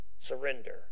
surrender